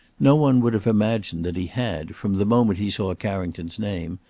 no one would have imagined that he had, from the moment he saw carrington's name,